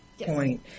point